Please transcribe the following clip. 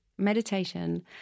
Meditation